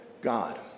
God